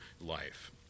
life